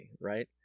Right